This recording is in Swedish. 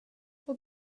och